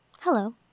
Hello